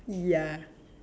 ya